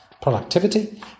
productivity